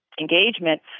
engagement